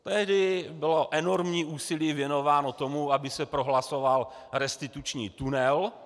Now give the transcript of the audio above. Tehdy bylo enormní úsilí věnováno tomu, aby se prohlasoval restituční tunel.